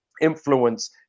influence